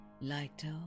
lighter